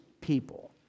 people